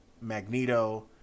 Magneto